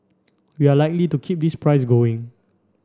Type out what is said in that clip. we are likely to keep this price going